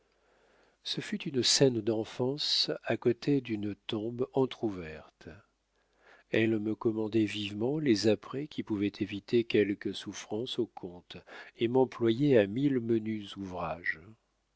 ce fut une scène d'enfance à côté d'une tombe entr'ouverte elle me commandait vivement les apprêts qui pouvaient éviter quelque souffrance au comte et m'employait à mille menus ouvrages